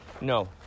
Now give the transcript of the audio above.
No